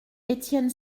étienne